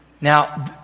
Now